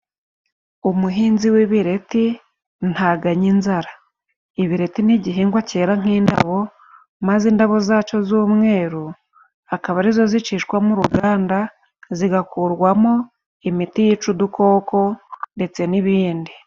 Umuhinzi w'ibireti ntaganya inzara. Ibireti n'igihingwa cyera nk'indabo, maze indabo zaco z'umweru zikaba ari zo zicishwa mu ruganda zigakurwamo imiti yica udukoko ndetse n'ibindi.